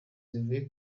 zivuye